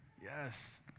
Yes